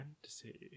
fantasy